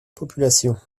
population